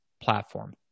platform